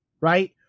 right